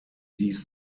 dies